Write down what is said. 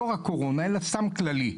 לא רק קורונה אלא סתם כללי.